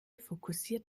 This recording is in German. fokussiert